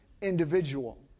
individual